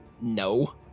No